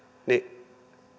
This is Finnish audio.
niin